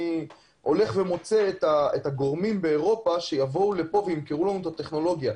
אני מוצא את הגורמים באירופה שיבואו לפה וימכרו לנו את הטכנולוגיה.